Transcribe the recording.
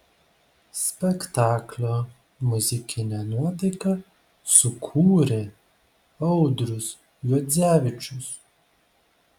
spektaklio muzikinę nuotaiką sukūrė audrius juodzevičius